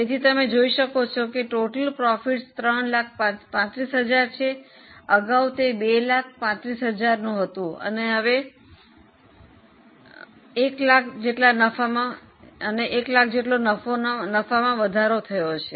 તેથી તમે જોઈ શકો છો કે કુલ નફો 335000 છે અગાઉ તે 235000 હતો અને 100000 જેટલો નફામાં વધારો થયો છે